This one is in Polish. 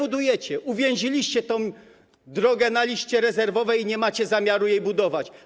Uwięziliście tę drogę na liście rezerwowej i nie macie zamiaru jej budować.